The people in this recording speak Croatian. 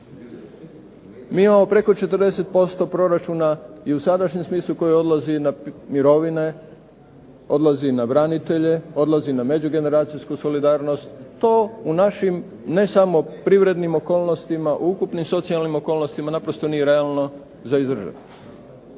Mi imamo preko 40% proračuna i u sadašnjem smislu koje odlazi na mirovine, odlazi na branitelje, odlazi na međugeneracijsku solidarnost. To u našim, ne samo privrednim okolnostima, u ukupnim socijalnim okolnostima naprosto nije realno za izdržati.